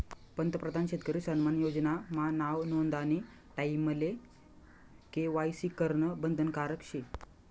पंतप्रधान शेतकरी सन्मान योजना मा नाव नोंदानी टाईमले के.वाय.सी करनं बंधनकारक शे